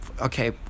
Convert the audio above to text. okay